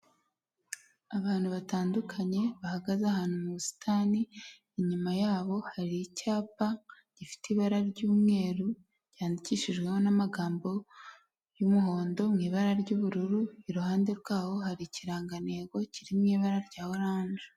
Abantu batandukanye bahagaze ahantu mu busitani, inyuma yabo hari icyapa gifite ibara ry'umweru, ryandikishijweho n'amagambo y'umuhondo mu ibara ry'ubururu, iruhande rwaho hari ikirangantego kiri mu ibara rya oranje.